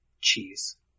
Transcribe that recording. cheese